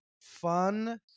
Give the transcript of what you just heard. fun